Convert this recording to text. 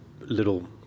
little